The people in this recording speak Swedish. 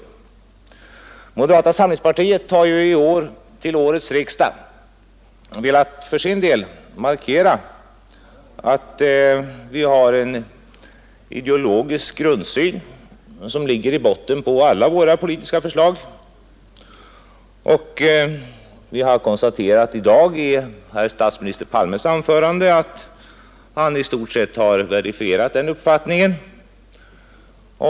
Vi inom moderata samlingspartiet har ju till årets riksdag velat markera att vi har en ideologisk grundsyn som ligger i botten när det gäller alla våra politiska förslag. Vi har i dag konstaterat att herr statsminister Palme i sitt anförande i stort sett har verifierat den uppfattningen.